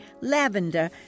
lavender